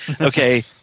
Okay